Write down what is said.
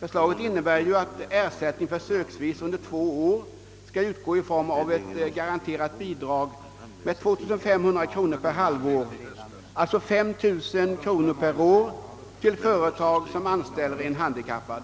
Förslaget innebär ju att ersättning under två år försöksvis skall utgå i form av ett garanterat bidrag på 2500 kronor per halvår, d.v.s. 5000 kronor per år, till företag som anställer en handikappad.